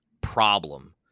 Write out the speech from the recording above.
problem